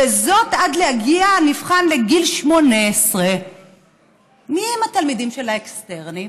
וזאת עד להגיע הנבחן לגיל 18". מיהם התלמידים של האקסטרני?